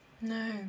No